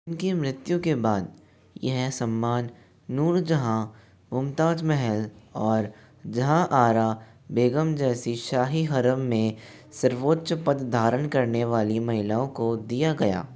उनकी मृत्यु के बाद यह सम्मान नूरजहाँ मुमताज महल और जहाँआरा बेगम जैसी शाही हरम में सर्वोच्च पद धारण करने वाली महिलाओं को दिया गया